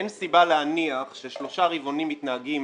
אין סיבה להניח ששלושה רבעונים מתנהגים